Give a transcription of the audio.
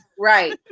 right